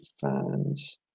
fans